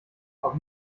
auf